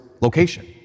location